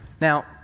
Now